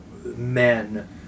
men